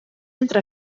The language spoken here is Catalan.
entre